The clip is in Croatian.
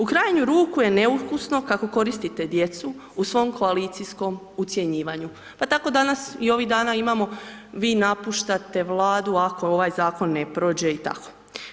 U krajnju ruku je neukusno kako koristite djecu u svom koalicijskom ucjenjivanju pa tako danas i ovih dana imamo vi napuštate Vladu ako ovaj zakon ne prođe i tako.